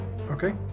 Okay